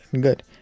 good